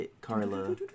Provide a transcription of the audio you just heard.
carla